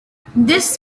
this